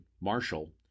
Marshall